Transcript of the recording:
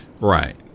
Right